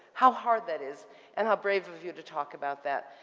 how hard that is and how brave of you to talk about that.